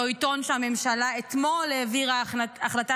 אותו עיתון שהממשלה אתמול העבירה החלטה